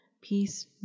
peace